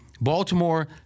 Baltimore